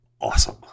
awesome